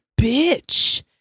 bitch